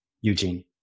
Eugene